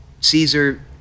Caesar